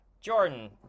Jordan